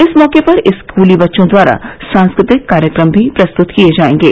इस मौके पर स्कूली बच्चों द्वारा सांस्कृतिक कार्यक्रम भी प्रस्तुत किये जायेंगे